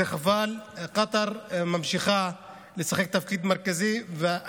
זה חבל, קטר ממשיכה לשחק תפקיד מרכזי, ואנחנו,